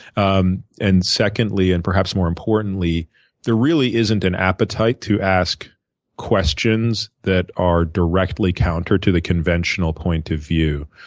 um and secondly and perhaps more importantly there really isn't an appetite to ask questions that are directly counter to the conventional point of view.